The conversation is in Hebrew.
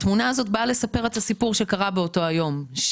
התמונה הזאת באה לספר את הסיפור שקרה באותו היום.